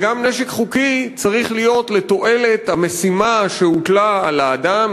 ונשק חוקי גם צריך להיות לתועלת המשימה שהוטלה על האדם,